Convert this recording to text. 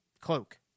cloak